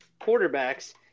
quarterbacks